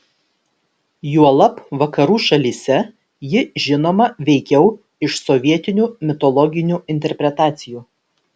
juolab vakarų šalyse ji žinoma veikiau iš sovietinių mitologinių interpretacijų